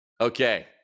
Okay